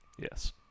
Yes